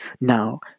Now